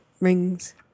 rings